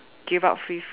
give out free food